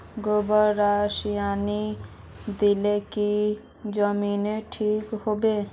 गोबर रासायनिक दिले की जमीन ठिक रोहबे?